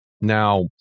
Now